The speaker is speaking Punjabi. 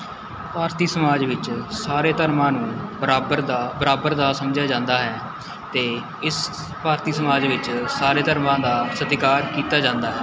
ਭਾਰਤੀ ਸਮਾਜ ਵਿੱਚ ਸਾਰੇ ਧਰਮਾਂ ਨੂੰ ਬਰਾਬਰ ਦਾ ਬਰਾਬਰ ਦਾ ਸਮਝਿਆ ਜਾਂਦਾ ਹੈ ਅਤੇ ਇਸ ਭਾਰਤੀ ਸਮਾਜ ਵਿੱਚ ਸਾਰੇ ਧਰਮਾਂ ਦਾ ਸਤਿਕਾਰ ਕੀਤਾ ਜਾਂਦਾ ਹੈ